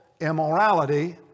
immorality